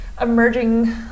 emerging